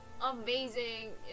amazing